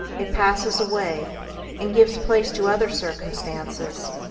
it passes away and gives place to other circumstances.